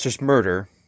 murder